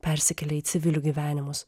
persikelia į civilių gyvenimus